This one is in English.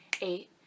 eight